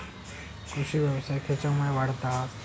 कृषीव्यवसाय खेच्यामुळे वाढता हा?